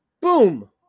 Boom